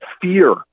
fear